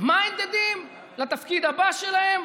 minded לתפקיד הבא שלהם,